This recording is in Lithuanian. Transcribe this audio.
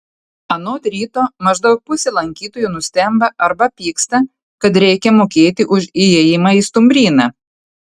anot ryto maždaug pusė lankytojų nustemba arba pyksta kad reikia mokėti už įėjimą į stumbryną